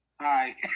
Hi